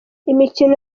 imikino